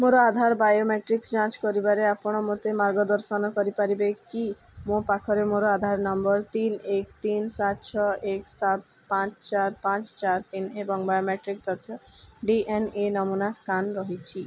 ମୋର ଆଧାର ବାୟୋମେଟ୍ରିକ୍ସ ଯାଞ୍ଚ କରିବାରେ ଆପଣ ମୋତେ ମାର୍ଗ ଦର୍ଶନ କରିପାରିବେ କି ମୋ ପାଖରେ ମୋର ଆଧାର ନମ୍ବର ତିନି ଏକ ତିନି ସାତ ଛଅ ଏକ ସାତ ପାଞ୍ଚ ଚାରି ପାଞ୍ଚ ଚାରି ତିନି ଏବଂ ବାୟୋମେଟ୍ରିକ୍ ତଥ୍ୟ ଡି ଏନ୍ ଏ ନମୁନା ସ୍କାନ୍ ରହିଛି